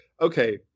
okay